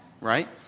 right